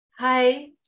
Hi